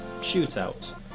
shootouts